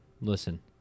Listen